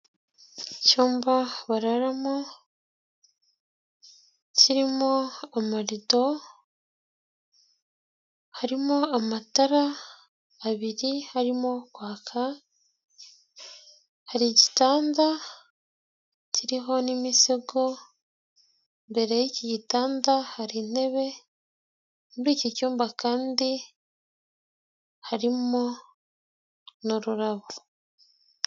Icyumba bararamo, kirimo amarido, harimo amatara abiri arimo kwaka, hari igitanda kiriho n'imisego, imbere yi iki gitanda hari intebe, muri iki cyumba kandi harimo n'ururabo.